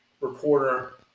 reporter